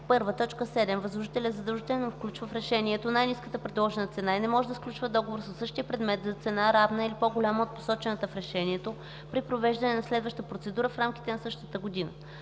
т. 7 възложителят задължително включва в решението най-ниската предложена цена и не може да сключва договор със същия предмет за цена, равна или по-голяма от посочената в решението, при провеждане на следваща процедура в рамките на същата година.